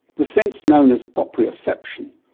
the sense known as proprioception,